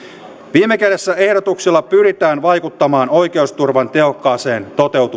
viime kädessä ehdotuksilla pyritään vaikuttamaan oikeusturvan tehokkaaseen